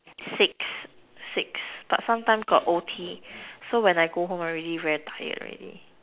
six six but sometime got O_T so when I go home I already very tired already